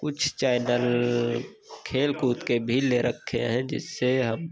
कुछ चैनल खेलकूद के भी ले रखे हैं जिससे हम